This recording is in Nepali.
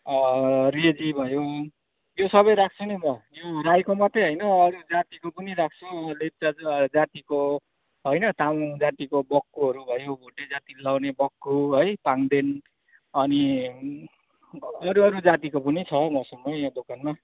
रेजी भयो यो सबै राख्छु नि म यो राईको मात्र होइन अरू जातिको पनि राख्छु लेप्चा ज जातिको होइन तामाङ जातिको बक्खुहरू भयो भोटे जातिले लगाउने बक्खु है पाङदेन अनि अरू अरू जातिको पनि छ मसँग यहाँ दोकानमा